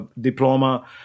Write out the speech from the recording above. diploma